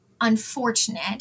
unfortunate